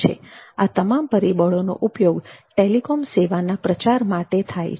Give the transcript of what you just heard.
આ તમામ પરિબળોનો ઉપયોગ ટેલિકોમ સેવાઓના પ્રચાર માટે થાય છે